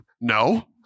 no